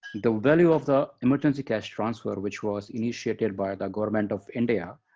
the value of the emergency cash transfer, which was initiated by the government of india,